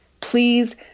please